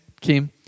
Kim